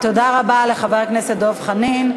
תודה רבה לחבר הכנסת דב חנין.